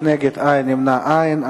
נגד, אין, נמנעים, אין.